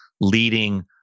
leading